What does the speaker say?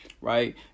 right